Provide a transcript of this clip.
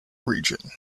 region